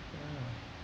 ya